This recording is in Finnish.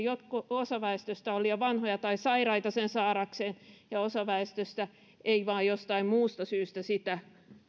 osa väestöstä on liian vanhoja tai sairaita sen saadakseen ja osa väestöstä ei vain jostain muusta syystä sitä